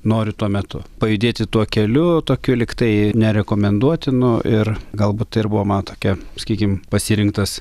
noriu tuo metu pajudėti tuo keliu tokiu lygtai nerekomenduotinu ir galbūt tai ir buvo mano tokia sakykim pasirinktas